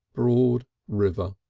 broad river.